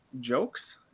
jokes